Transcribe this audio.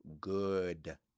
good